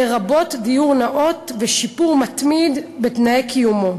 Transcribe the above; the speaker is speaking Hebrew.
לרבות דיור נאות ושיפור מתמיד בתנאי קיומו.